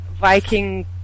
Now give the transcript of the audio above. Viking